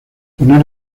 poner